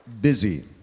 busy